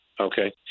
Okay